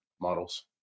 models